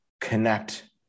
connect